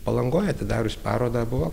palangoj atidarius parodą buvo